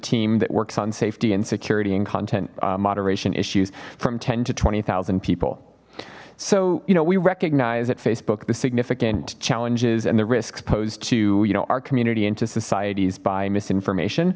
team that works on safety and security and content moderation issues from ten to twenty zero people so you know we recognize at facebook the significant challenges and the risks posed you know our community into societies by misinformation